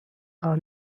are